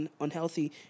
unhealthy